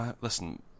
Listen